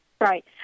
Right